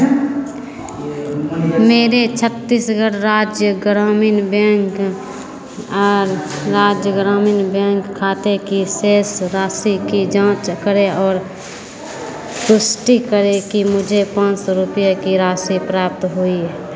मेरे छत्तीसगढ़ राज्य ग्रामीण बैंक राज्य ग्रामीण बैंक खाते की शेष राशि की जाँच करें और पुष्टि करें कि मुझे पाँच सौ रुपये की राशि प्राप्त हुई है